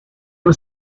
was